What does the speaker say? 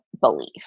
belief